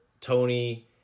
Tony